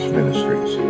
Ministries